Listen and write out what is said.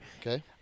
Okay